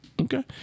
Okay